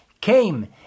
came